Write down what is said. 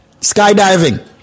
Skydiving